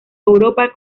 europa